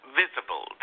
visible